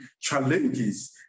challenges